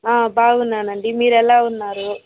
బాగున్నాను అండి మీరు ఎలా ఉన్నారు